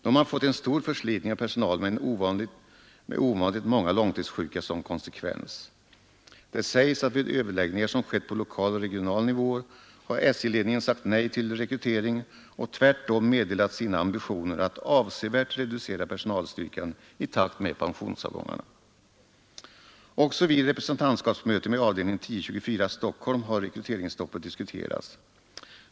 Nu har man fått en stor förslitning av personalen med ovanligt många långtidssjuka som konsekvens. Det sägs att vid överläggningar som skett på lokal och regional nivå har SJ-ledningen sagt nej till rekrytering och tvärtom meddelat sina ambitioner att avsevärt reducera personalstyrkan i takt med pensionsavgångarna. Också vid representantskapsmöte med avdelning 1024 i Stockholm har rekryteringsstoppet diskuterats.